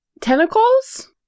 tentacles